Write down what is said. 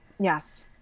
Yes